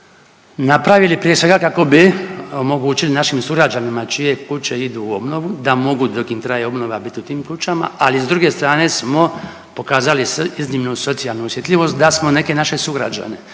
napravili prije svega kako bi omogućili našim sugrađanima čije kuće idu u obnovu da mogu dok im traje obnova biti u tim kućama. Ali s druge strane smo pokazali iznimnu socijalnu osjetljivost da smo neke naše sugrađane